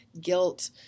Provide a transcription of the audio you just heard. guilt